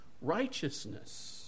righteousness